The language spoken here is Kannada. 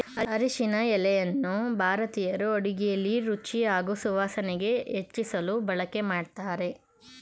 ಅರಿಶಿನ ಎಲೆಯನ್ನು ಭಾರತೀಯರು ಅಡುಗೆಲಿ ರುಚಿ ಹಾಗೂ ಸುವಾಸನೆ ಹೆಚ್ಚಿಸಲು ಬಳಕೆ ಮಾಡ್ತಾರೆ